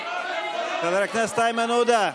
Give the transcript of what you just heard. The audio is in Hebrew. חבר הכנסת איימן עודה,